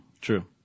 True